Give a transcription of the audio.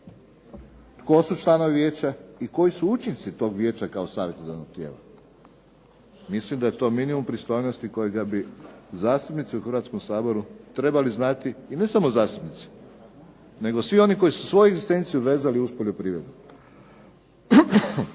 tko su članovi vijeća i koji su učinci tog vijeća kao savjetodavnog tijela? Mislim da je to minimum pristojnosti kojega bi zastupnici u Hrvatskom saboru trebali znati. I ne samo zastupnici, nego svi oni koji su svoju egzistenciju vezali uz poljoprivredu.